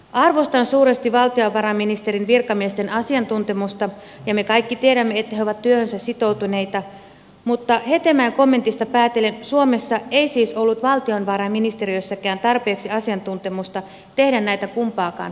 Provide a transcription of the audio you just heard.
arvostan suuresti valtiovarainministeriön virkamiesten asiantuntemusta ja me kaikki tiedämme että he ovat työhönsä sitoutuneita mutta hetemäen kommentista päätellen suomessa ei siis ollut valtiovarainministeriössäkään tarpeeksi asiantuntemusta tehdä näitä kumpaakaan sopimusta